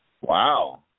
Wow